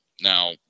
Now